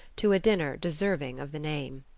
to a dinner deserving of the name.